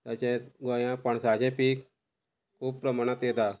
तशेंच गोंया पाणसाचे पीक खूब प्रमाणांत येता